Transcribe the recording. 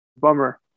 Bummer